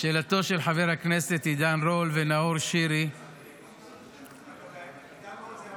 לשאלתם של חבר הכנסת עידן רול ונאור שירי -- עידן רול זה ההומו השני.